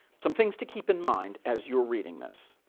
some things to keep in mind as you're reading this.